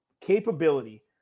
capability